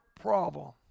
problem